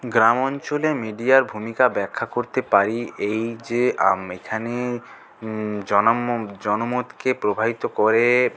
গ্রাম অঞ্চলে মিডিয়ার ভূমিকা ব্যাখ্যা করতে পারি এই যে এখানে জনমতকে জনমতকে প্রভাবিত করে